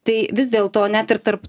tai vis dėl to net ir tarp